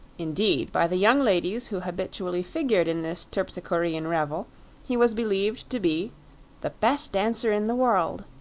indeed, by the young ladies who habitually figured in this terpsichorean revel he was believed to be the best dancer in the world